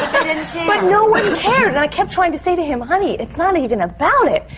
but no one cared! and i kept trying to say to him, honey, it's not even about it!